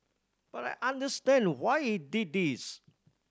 but I understand why he did this